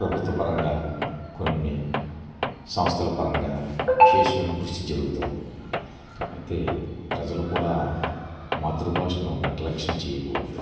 ప్రభుత్వ పరంగా కొన్ని సంస్థల పరంగా విశేషమైన కృషి జరుగుతూ ఉంది అయితే ప్రజలు కూడా మాతృభాషను నిర్లక్ష్యం చేయకూడదు